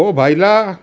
ઓ ભાઈલા